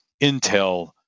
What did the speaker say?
intel